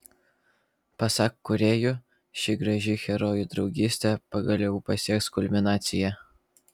pasak kūrėjų ši graži herojų draugystė pagaliau pasieks kulminaciją